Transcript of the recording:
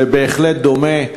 זה בהחלט דומה,